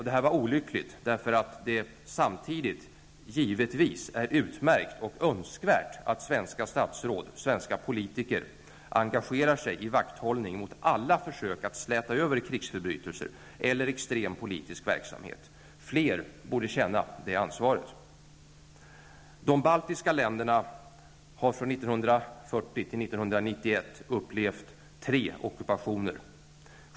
Detta var olyckligt därför att det samtidigt givetvis är utmärkt och önskvärt att svenska statsråd och andra svenska politiker engagerar sig i vakthållningen mot alla försök att släta över krigsförbrytelser eller extrem politisk verksamhet. Fler borde känna detta ansvar. De baltiska länderna har från 1940 till 1991 upplevt tre ockupationer.